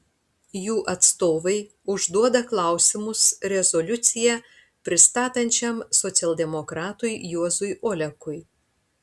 jų atstovai užduoda klausimus rezoliuciją pristatančiam socialdemokratui juozui olekui